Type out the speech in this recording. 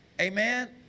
Amen